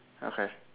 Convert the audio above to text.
okay